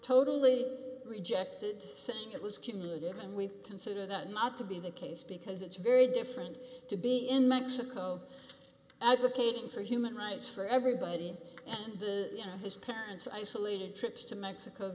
totally rejected since it was cumulative and we consider that not to be the case because it's very different to be in mexico advocating for human lives for everybody you know his parents isolated trips to mexico